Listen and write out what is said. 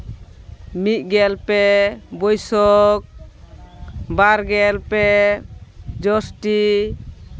ᱢᱤᱫ ᱜᱮᱞ ᱯᱮ ᱵᱟᱹᱭᱥᱟᱹᱠᱷ ᱵᱟᱨ ᱜᱮᱞ ᱯᱮ ᱡᱳᱥᱴᱤ